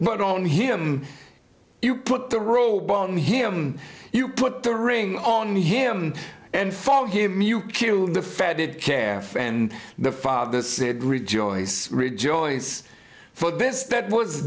but on him you put the robe on him you put the ring on him and follow him you killed the fed it care for and the father said rejoice rejoice for best that was